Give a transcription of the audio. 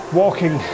walking